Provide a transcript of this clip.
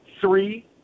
three